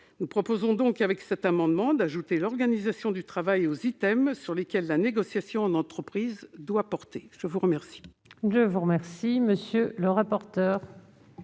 Nous proposons donc, par cet amendement, d'ajouter l'organisation du travail aux items sur lesquels la négociation en entreprise doit porter. Quel